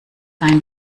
dein